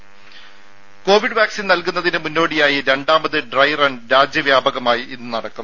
രുര Covid vaccine നൽകുന്നതിന് മുന്നോടിയായി രണ്ടാമത് ഡ്രൈ റൺ രാജ്യ വ്യാപകമായി ഇന്ന് നടക്കും